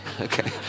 okay